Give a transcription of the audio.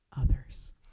others